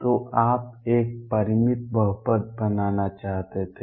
तो आप एक परिमित बहुपद बनना चाहते थे